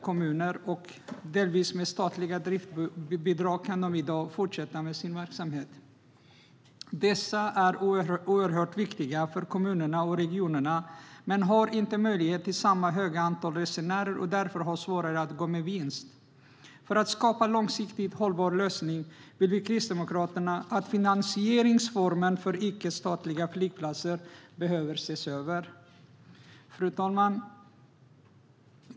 Delvis med hjälp av statliga driftsbidrag kan de fortsätta sin verksamhet. Dessa flygplatser är oerhört viktiga för kommuner och regioner men har inte möjlighet att få lika stort antal resenärer och har därför svårare att gå med vinst. För att skapa långsiktigt hållbara lösningar vill vi kristdemokrater att finansieringsformen för icke-statliga flygplatser ses över. Fru talman!